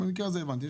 במקרה הזה הבנתי,